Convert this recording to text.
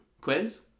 Quiz